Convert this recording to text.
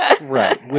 Right